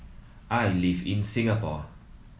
I live in Singapore